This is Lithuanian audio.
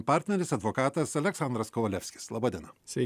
partneris advokatas aleksandras kovalevskis laba diena